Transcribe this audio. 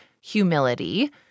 humility